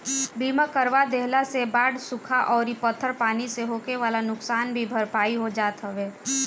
बीमा करवा देहला से बाढ़ सुखा अउरी पत्थर पानी से होखेवाला नुकसान के भरपाई हो जात हवे